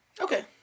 Okay